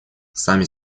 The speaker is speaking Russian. сами